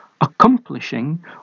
accomplishing